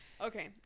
okay